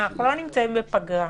אנחנו לא נמצאים בפגרה.